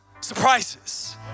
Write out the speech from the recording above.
surprises